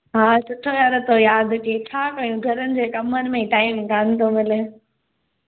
हा सुठो आहे न थो यादि कयईं छा कयूं घरनि जे कमन में ई टाईम कोनि थो मिले